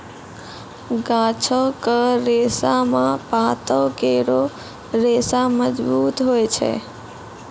गाछो क रेशा म पातो केरो रेशा मजबूत होय छै